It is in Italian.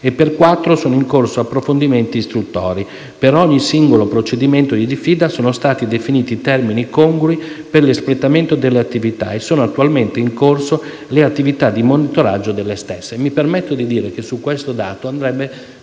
che per quattro sono in corso approfondimenti istruttori. Per ogni singolo procedimento di diffida sono stati definiti termini congrui per l'espletamento delle attività e sono attualmente in corso le attività di monitoraggio delle stesse. Mi permetto di dire che su questo dato andrebbe